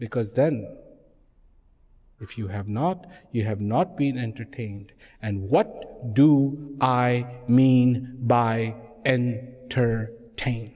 because then if you have not you have not been entertained and what do i mean by turner tain